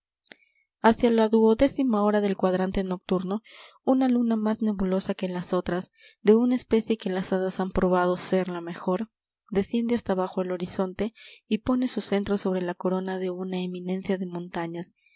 hacia la duodécima hora del cuadrante nocturno una luna más nebulosa que las otras de una especie que las hadas han probado ser la mejor desciende hasta bajo el horizonte y pone su centro sobre la corona de una eminencia de montañas